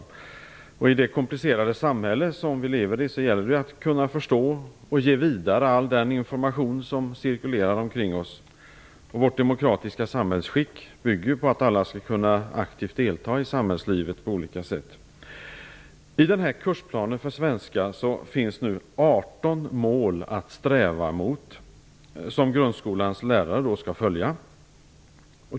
Det gäller i vårt komplicerade samhälle att förstå och kunna föra vidare all den information som cirkulerar omkring oss. Vårt demokratiska samhällsskick bygger på att alla aktivt och på olika sätt skall kunna delta i samhällslivet. I grundskolans kursplan för svenska finns nu 18 mål som lärarna skall sträva mot.